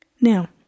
Now